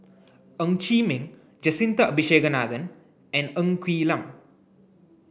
Ng Chee Meng Jacintha Abisheganaden and Ng Quee Lam